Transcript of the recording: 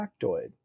factoid